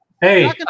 Hey